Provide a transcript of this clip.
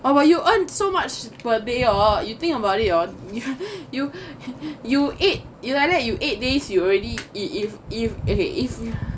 !huh! but you earn so much per day hor you think about it orh you you eight you like that you eight days you already if if it is